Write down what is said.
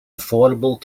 affordable